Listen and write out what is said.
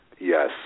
Yes